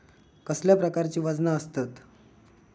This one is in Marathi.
कसल्या प्रकारची वजना आसतत?